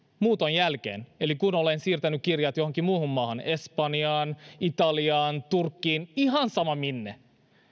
muuton jälkeen eli kun olen siirtänyt kirjat johonkin muuhun maahan espanjaan italiaan turkkiin ihan sama minne